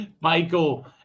Michael